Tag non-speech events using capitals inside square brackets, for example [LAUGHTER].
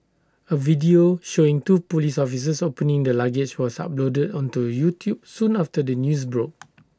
A video showing two Police officers opening the luggage was uploaded onto YouTube soon after the news broke [NOISE]